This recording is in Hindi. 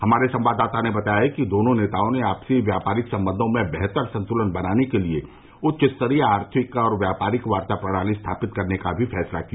हमारे संवाददाता ने बताया कि दोनों नेताओं ने आपसी व्यापारिक संबंधों में बेहतर संतुलन बनाने के लिए उच्च स्तरीय आर्थिक और व्यापारिक वार्ता प्रणाली स्थापित करने का भी फैसला किया